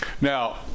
Now